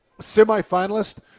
semifinalist